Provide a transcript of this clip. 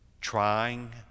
trying